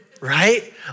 Right